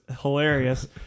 hilarious